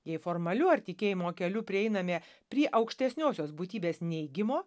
jei formaliu ar tikėjimo keliu prieiname prie aukštesniosios būtybės neigimo